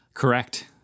Correct